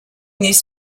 this